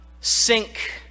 sink